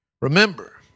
Remember